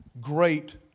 great